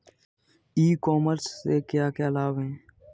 ई commerce से क्या क्या लाभ हैं?